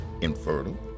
infertile